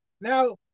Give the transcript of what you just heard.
Now